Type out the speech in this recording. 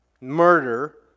murder